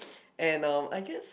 and um I guess